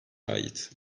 ait